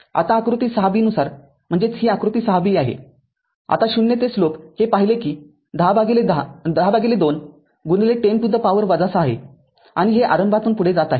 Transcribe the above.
आता आकृती ६ b नुसार म्हणजेच ही आकृती ६ b आहे आता ० ते स्लोप हे पाहिले आहे कि १०२ १० to the power ६ आहे आणि हे आरंभातून पुढे जात आहे